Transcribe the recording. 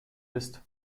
ist